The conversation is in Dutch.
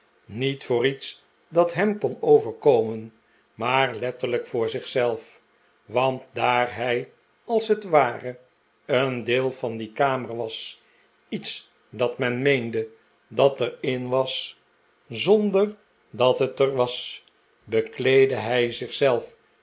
niet voor iets dat hem kon overkomen maar letterlijk voor zich zelf want daar hij als het ware een deel van die kamer was iets dat men meende dat er in was zonder dat het er was bekleedde hij